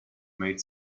made